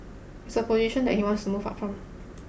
it's a position that he wants to move up from